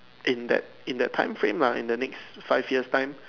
in that in that time frame lah in the next five years time